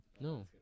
No